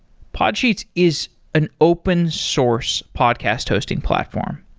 podsheets is an open source podcast hosting platform,